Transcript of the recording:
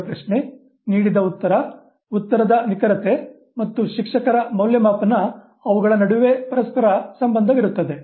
ಕೇಳಿದ ಪ್ರಶ್ನೆ ನೀಡಿದ ಉತ್ತರ ಉತ್ತರದ ನಿಖರತೆ ಮತ್ತು ಶಿಕ್ಷಕರ ಮೌಲ್ಯಮಾಪನ ಅವುಗಳ ನಡುವೆ ಪರಸ್ಪರ ಸಂಬಂಧವಿರುತ್ತದೆ